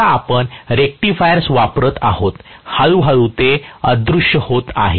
आता आपण रेक्टिफायर्स वापरत आहोत हळूहळू ते अदृष्य होत आहे